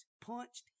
punched